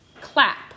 clap